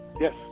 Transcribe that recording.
Yes